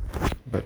but